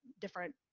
different